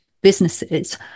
businesses